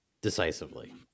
decisively